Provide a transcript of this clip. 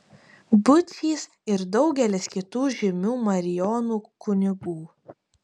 būčys ir daugelis kitų žymių marijonų kunigų